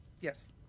Yes